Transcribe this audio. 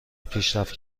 پیشرفت